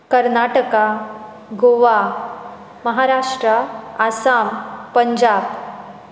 Karnataka Goa Maharashtra Assam Punjab